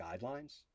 guidelines